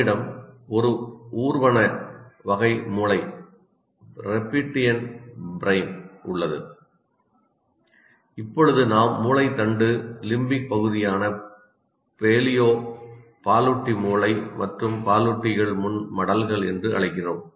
நம்மிடம் ஒரு ஊர்வன வகை மூளை உள்ளது இப்போது நாம் மூளைத் தண்டு லிம்பிக் பகுதியான பேலியோ பாலூட்டி மூளை மற்றும் பாலூட்டிகள் முன் மடல்கள் என்று அழைக்கிறோம்